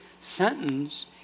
sentence